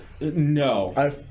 No